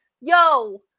Yo